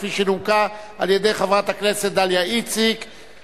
כפי שנומקה על-ידי חברת הכנסת דליה איציק,